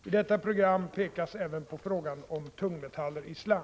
I detta program pekas även på frågan om tungmetaller i slam.